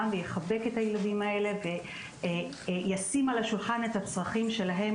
ויחבק את הילדים האלה וישים על השולחן את הצרכים שלהם,